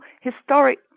historic